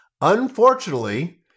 Unfortunately